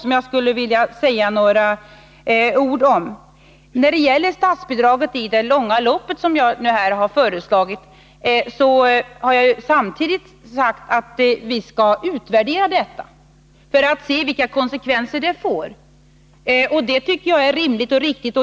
När det gäller effekterna i det långa loppet av det statsbidrag som jag har föreslagit har jag sagt att vi skall utvärdera dessa för att se vilka konsekvenserna blir. Det tycker jag är rimligt och riktigt.